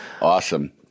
Awesome